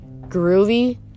Groovy